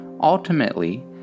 Ultimately